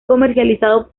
comercializado